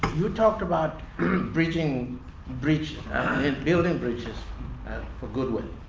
you talked about bridging bridging building bridges for good will.